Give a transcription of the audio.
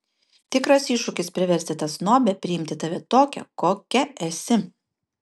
tikras iššūkis priversti tą snobę priimti tave tokią kokia esi